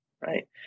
right